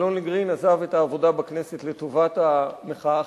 אלון-לי גרין עזב את העבודה בכנסת לטובת המחאה החברתית,